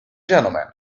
gentlemen